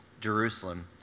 Jerusalem